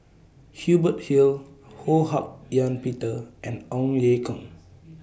Hubert Hill Ho Hak Ean Peter and Ong Ye Kung